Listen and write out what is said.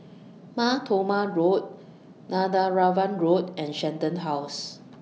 Mar Thoma Road Netheravon Road and Shenton House